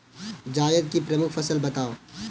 जायद की प्रमुख फसल बताओ